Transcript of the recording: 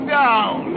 down